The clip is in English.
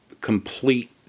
complete